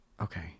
Okay